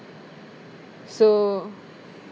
so